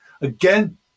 again